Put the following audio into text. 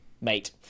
Mate